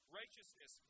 righteousness